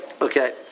Okay